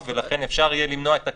קארין, למה לעזור?